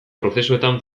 prozesuetan